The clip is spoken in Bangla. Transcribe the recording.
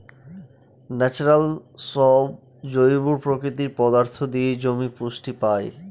ন্যাচারাল সব জৈব প্রাকৃতিক পদার্থ দিয়ে জমি পুষ্টি পায়